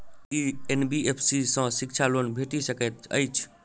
की NBFC सँ शिक्षा loan भेटि सकैत अछि?